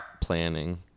planning